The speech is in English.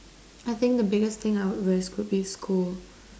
I think the biggest thing I would risk could be school